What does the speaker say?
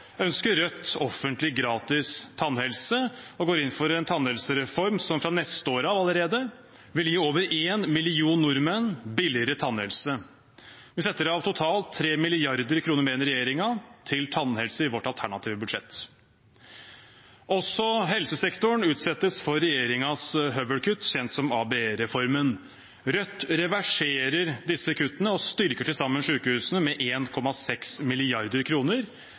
ønsker Rødt offentlig, gratis tannhelse og går inn for en tannhelsereform som allerede fra neste år vil gi over en million nordmenn billigere tannhelse. Vi setter av totalt 3 mrd. kr mer enn regjeringen til tannhelse i vårt alternative budsjett. Også helsesektoren utsettes for regjeringens høvelkutt, kjent som ABE-reformen. Rødt reverserer disse kuttene og styrker til sammen sykehusene med